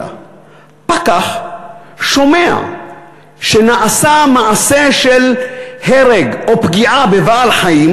וחלילה פקח שומע שנעשה מעשה של הרג או פגיעה בבעל-חיים